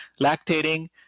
lactating